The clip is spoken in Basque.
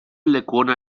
lekuona